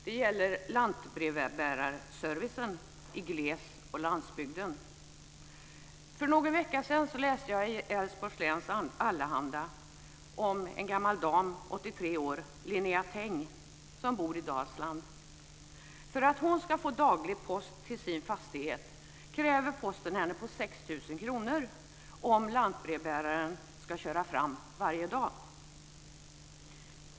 Det gäller lantbrevbärarservicen på gles och landsbygden. För någon vecka sedan läste jag i Elfsborgs Läns Allehanda om en gammal dam, 83 år, Linnea Täng, som bor i Dalsland. För att hon ska få daglig post till sin fastighet kräver Posten henne på 6 000 kr om lantbrevbäraren ska köra fram varje dag.